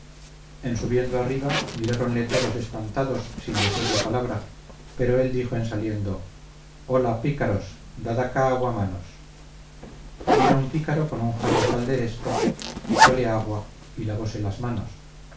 en subiendo arriba miraronle todos espantados sin decirle palabra pero él dijo en saliendo hola pícaros dad acá aguamanos vino un pícaro con un jarro calderesco echole agua y lavose las manos